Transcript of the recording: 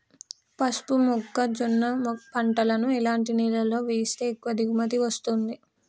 పసుపు మొక్క జొన్న పంటలను ఎలాంటి నేలలో వేస్తే ఎక్కువ దిగుమతి వస్తుంది?